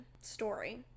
story